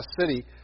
city